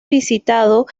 visitado